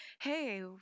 hey